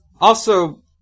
Also-